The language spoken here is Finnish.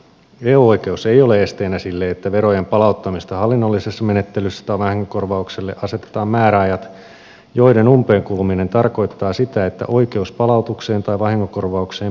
eu oikeus ei ole esteenä sille että verojen palauttamiselle hallinnollisessa menettelyssä tai vahingonkorvaukselle asetetaan määräajat joiden umpeenkuluminen tarkoittaa sitä että oikeus palautukseen tai vahingonkorvaukseen menetetään